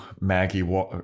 Maggie